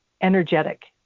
energetic